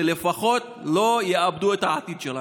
שלפחות לא יאבדו את העתיד שלהם.